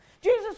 Jesus